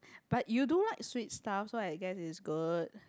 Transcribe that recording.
but you do like sweet stuff so I guess is good